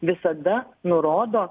visada nurodo